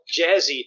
jazzy